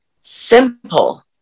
simple